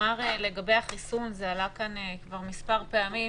לגבי החיסון, זה עלה כאן כבר מספר פעמים.